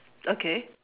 okay